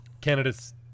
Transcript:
candidates